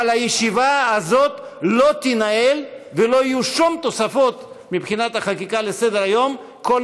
אבל הישיבה הזאת לא תינעל ולא יהיו שום תוספות לסדר-היום מבחינת